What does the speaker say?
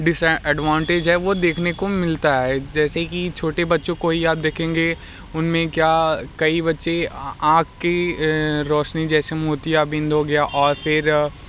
disadvantage है वो देखने को मिलता है जैसे की छोटे बच्चों को ही आप देखेंगे उनमें क्या कई बच्चे आ आँख की रौशनी जैसे मोतियाबिंद हो गया और फिर